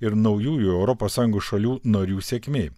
ir naujųjų europos sąjungos šalių narių sėkmė